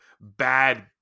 bad